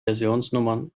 versionsnummern